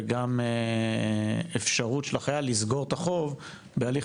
וגם אפשרות של החייל לסגור את החוב בהליך